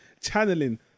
channeling